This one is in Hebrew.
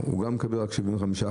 משכנתה.